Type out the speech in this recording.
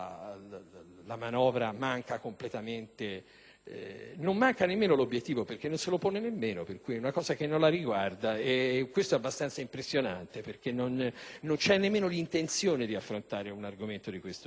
la manovra manca completamente l'obiettivo; anzi, non lo manca, perché non se lo pone nemmeno, è una cosa che non la riguarda. Ciò è abbastanza impressionante perché non c'è neanche l'intenzione di affrontare un argomento di questo tipo.